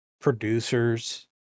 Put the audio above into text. producers